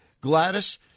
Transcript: Gladys